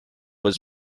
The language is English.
was